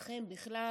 לכם בכלל,